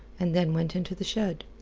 and then went into the shed.